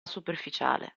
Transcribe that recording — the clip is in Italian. superficiale